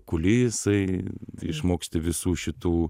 kulisai išmoksti visų šitų